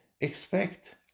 expect